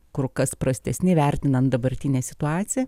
kur kas prastesni vertinant dabartinę situaciją